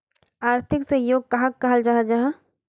आर्थिक सहयोग कहाक कहाल जाहा जाहा?